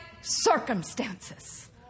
circumstances